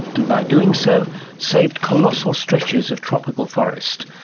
and by doing so saved colossal stretches of tropical forest.